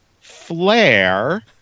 flare